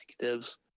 negatives